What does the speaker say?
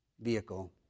vehicle